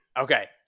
Okay